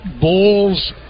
bulls